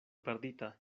perdita